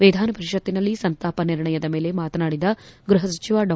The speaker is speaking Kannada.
ವಿಧಾನಪರಿಷತ್ತಿನಲ್ಲಿ ಸಂತಾಪ ನಿರ್ಣಯದ ಮೇಲೆ ಮಾತನಾಡಿದ ಗೃಹಸಚಿವ ಡಾ